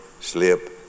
slip